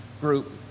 group